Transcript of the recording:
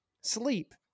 sleep